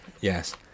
yes